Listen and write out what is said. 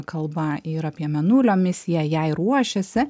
kalba ir apie mėnulio misiją jai ruošiasi